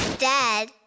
Dad